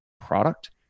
product